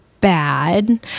bad